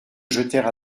jetèrent